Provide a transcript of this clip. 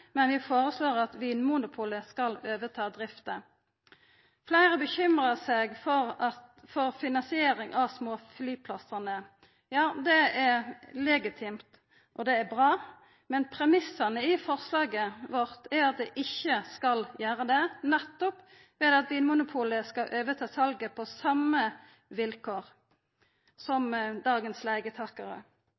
men vi foreslår at Vinmonopolet skal overta drifta. Fleire bekymrar seg for finansiering av småflyplassane. Ja, det er legitimt, og det er bra, men premissane i forslaget vårt er at dei ikkje skal gjera det, nettopp ved at Vinmonopolet skal overta salet på same vilkår som dagens leigetakarar.